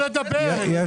ליו"ר הוועדה יש סמכויות.